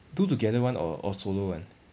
do together one or or solo one